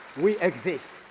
we exist.